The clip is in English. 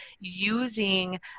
using